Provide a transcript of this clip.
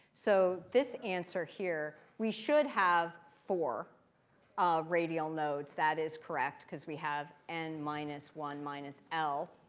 so this answer here, we should have four radial nodes. that is correct because we have n minus one minus l.